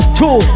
two